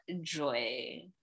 joy